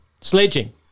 sledging